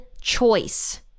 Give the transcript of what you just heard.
choice